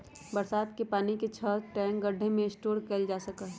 बरसात के पानी के छत, टैंक, गढ्ढे में स्टोर कइल जा सका हई